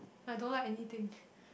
I don't like anything